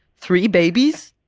three babies!